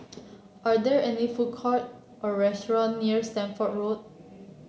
are there any food court or restaurant near Stamford Road